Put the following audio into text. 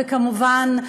וכמובן,